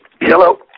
Hello